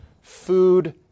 Food